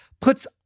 puts